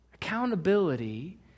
Accountability